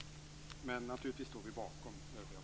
Naturligtvis står vi bakom våra övriga motioner också.